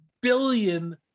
billion